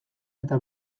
eta